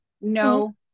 no